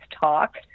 Talk